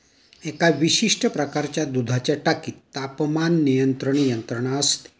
एका विशिष्ट प्रकारच्या दुधाच्या टाकीत तापमान नियंत्रण यंत्रणा असते